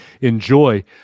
enjoy